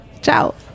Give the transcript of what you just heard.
Ciao